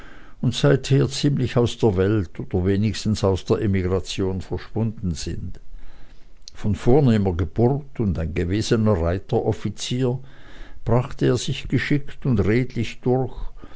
und seither ziemlich aus der welt oder wenigstens aus der emigration verschwunden sind von vornehmer geburt und ein gewesener reiteroffizier brachte er sich geschickt und redlich durch